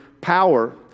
POWER